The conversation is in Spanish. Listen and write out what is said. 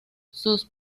sus